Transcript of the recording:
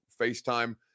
FaceTime